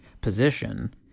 position